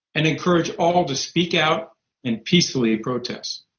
and encourage all to speak out and peacefully protest.